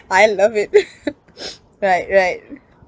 I love it right right